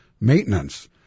maintenance